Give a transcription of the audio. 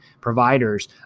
providers